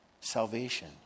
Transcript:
salvation